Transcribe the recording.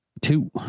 two